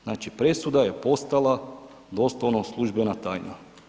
Znači presuda je postala doslovno službena tajna.